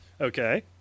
Okay